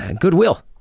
goodwill